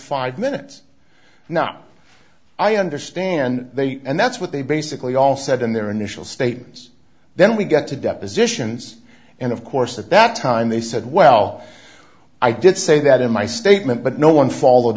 five minutes now i understand they and that's what they basically all said in their initial statements then we get to depositions and of course at that time they said well i did say that in my statement but no one followed